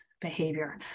behavior